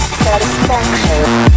satisfaction